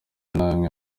namwe